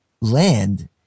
land